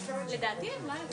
אבל מה,